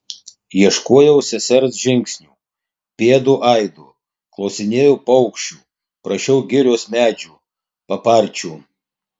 ieškojau sesers žingsnių pėdų aido klausinėjau paukščių prašiau girios medžių paparčių